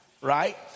right